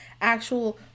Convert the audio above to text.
actual